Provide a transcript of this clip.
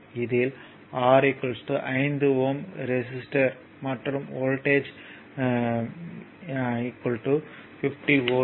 இதில் R 5 Ω resistance மற்றும் voltage 50 V